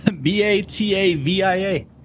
b-a-t-a-v-i-a